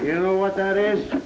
you know what that is